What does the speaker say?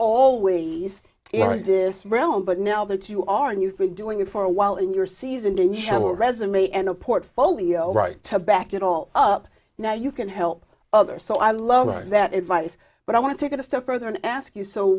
always right is brown but now that you are and you've been doing it for a while in your season don't you have a resume and a portfolio right to back it all up now you can help others so i love that advice but i want to take it a step further and ask you so